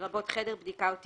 לרבות חדר בדיקה או טיפול,